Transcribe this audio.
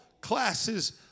classes